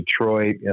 Detroit